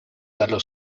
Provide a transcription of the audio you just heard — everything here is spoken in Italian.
dallo